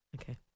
Okay